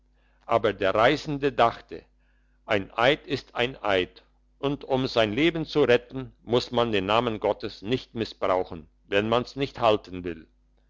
aber der reisende dachte ein eid ist ein eid und um sein leben zu retten muss man den namen gottes nicht missbrauchen wenn man's nicht halten will